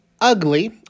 Ugly